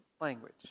language